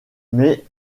mais